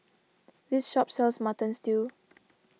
this shop sells Mutton Stew